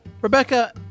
Rebecca